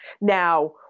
Now